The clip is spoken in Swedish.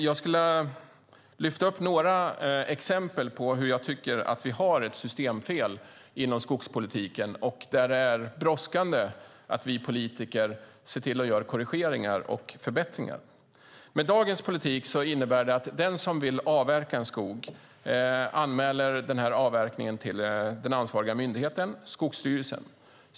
Jag skulle vilja lyfta fram några exempel på systemfel som jag tycker att vi har inom skogspolitiken och där det är brådskande att vi politiker ser till att göra korrigeringar och förbättringar. Dagens politik innebär att den som vill avverka en skog anmäler det till den ansvariga myndigheten, Skogsstyrelsen.